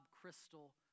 crystal